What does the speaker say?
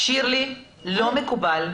שירלי, זה לא מקובל.